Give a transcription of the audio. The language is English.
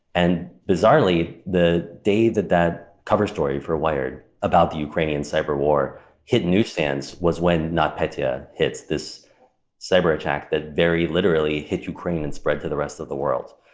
and bizarrely, the day that that cover story for wired about the ukrainian cyberwar hit newsstands was when notpetya hits this cyber attack that very literally hit ukraine and spread to the rest of the world.